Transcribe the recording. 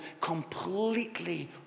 completely